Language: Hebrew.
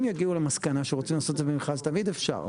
אם יגיעו למסקנה שרוצים לעשות את זה במכרז תמיד אפשר,